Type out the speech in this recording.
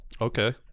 Okay